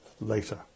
later